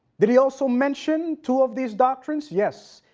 did he also mention two of these doctrines? yes.